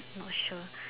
is not sure